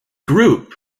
group